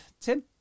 tim